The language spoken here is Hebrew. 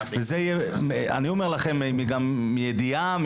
אני אומר לכם מידיעה,